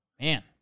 man